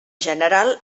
general